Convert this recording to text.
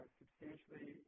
substantially